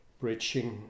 bridging